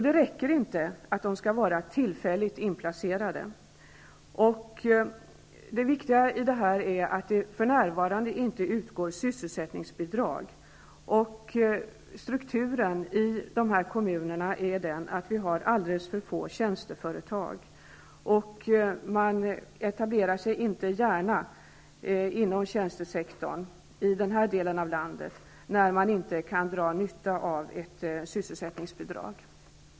Det räcker inte att de här kommunerna är tillfälligt placerade i stödområdet. För närvarande utgår ju inte sysselsättningsbidrag. Strukturen i dessa kommuner är sådan att vi har alldeles för få tjänsteföretag. Man etablerar sig inte gärna inom tjänstesektorn i den här delen av landet, eftersom man inte kan dra nytta av sysselsättningsbidrag.